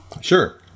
Sure